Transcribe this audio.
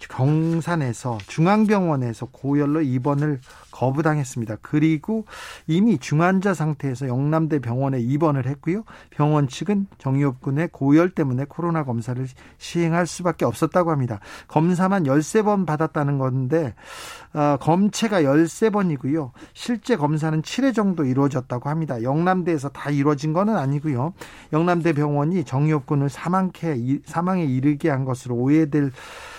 경산에서 중앙병원에서 고열로 입원을 거부당했습니다. 그리고 이미 중환자 상태에서 영남대병원에 입원을 했고요. 병원 측은 정유엽 군의 고열 때문에 코로나 검사를 시- 시행할 수밖에 없었다고 합니다. 검사만 13 번 받았다는 건데, 아, 검체가 13 번이고요. 실제 검사는 칠 회 정도 이루어졌다고 합니다. 영남대에서 다 이루어진 거는 아니고요. 영남대병원이 정유엽 군을 사망케 이- 사망에 이르게 한 것으로 오해될